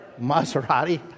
Maserati